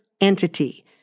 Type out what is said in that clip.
entity